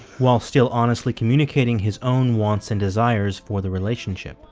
while still honestly communicating his own wants and desires for the relationship